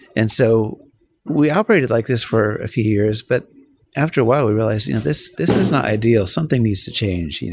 and so we operated like this for a few years, but after a while we realized, this this is not ideal. something needs to change.